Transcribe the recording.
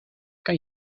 kan